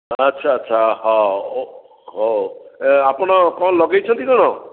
ଆଚ୍ଛା ଆଚ୍ଛା ହଉ ହଉ ଆପଣ କ'ଣ ଲଗାଇଛନ୍ତି କ'ଣ